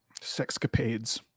Sexcapades